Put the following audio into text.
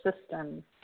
systems